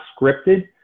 scripted